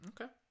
Okay